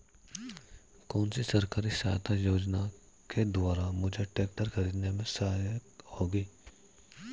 कौनसी सरकारी सहायता योजना के द्वारा मुझे ट्रैक्टर खरीदने में सहायक होगी?